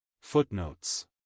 Footnotes